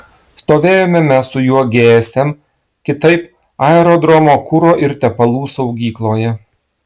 stovėjome mes su juo gsm kitaip aerodromo kuro ir tepalų saugykloje